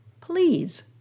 please